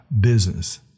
business